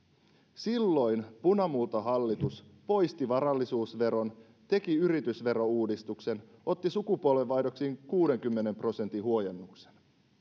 silloin punamultahallitus poisti varallisuusveron teki yritysverouudistuksen otti sukupolvenvaihdoksiin kuudenkymmenen prosentin huojennuksen